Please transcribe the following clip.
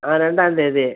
ஆ ரெண்டாந்தேதி